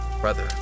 Brother